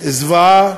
זוועה